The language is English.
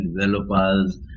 developers